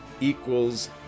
equals